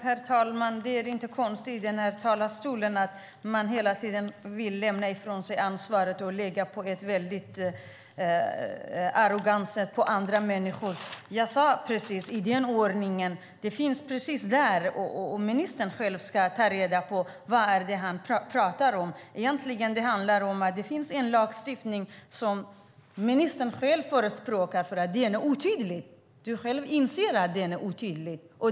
Herr talman! Det är inte konstigt att man i denna talarstol hela tiden vill lämna ifrån sig ansvaret och på ett arrogant sätt lägga det på andra människor. Jag sade detta i precis den ordningen. Ministern ska själv ta reda på vad det är han talar om. Det handlar egentligen om att det finns en lagstiftning som ministern själv säger är otydlig. Han inser själv att den är otydlig.